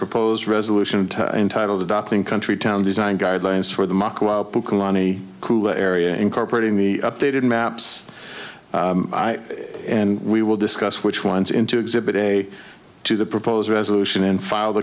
proposed resolution entitled adopting country town design guidelines for the kalani area incorporating the updated maps and we will discuss which ones in to exhibit a to the proposed resolution in file